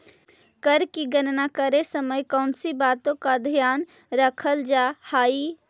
कर की गणना करे समय कौनसी बातों का ध्यान रखल जा हाई